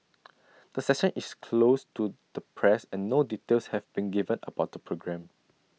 the session is closed to the press and no details have been given about the programme